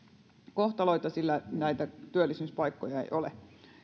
kohtaloita sillä näitä työllistymispaikkoja ei ole